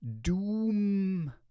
Doom